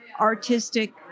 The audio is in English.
artistic